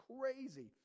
crazy